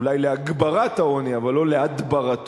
אולי להגברת העוני אבל לא להדברתו,